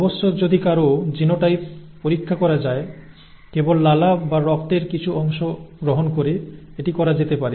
অবশ্য যদি কারও জিনোটাইপ পরীক্ষা করা যায় কেবল লালা বা রক্তের কিছু অংশ গ্রহণ করে এটি করা যেতে পারে